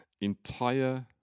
entire